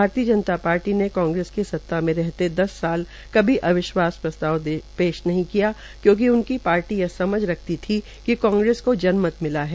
भारतीय जनता पार्टी ने कांग्रेस के सत्ता मे रहते दस साल कभी अविशवास प्रस्ताव पेश नहीं किया कयूंकि पार्टी यह समझ रखती थी कि कांग्रेस को जनमत मिला है